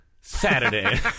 Saturday